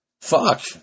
fuck